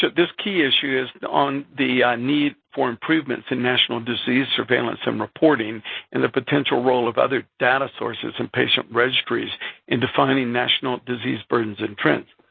this key issue is on the need for improvements in national disease surveillance and reporting and the potential role of other data sources and patient registries in defining national disease burdens and trends.